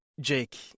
Jake